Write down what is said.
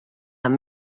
amb